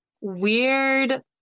weird